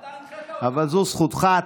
זאת זכותך.